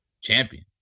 champion